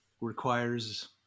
requires